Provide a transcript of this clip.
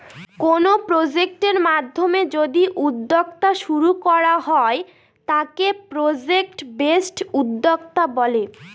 কোনো প্রজেক্টের মাধ্যমে যদি উদ্যোক্তা শুরু করা হয় তাকে প্রজেক্ট বেসড উদ্যোক্তা বলে